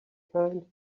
kind